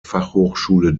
fachhochschule